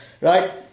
right